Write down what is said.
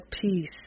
peace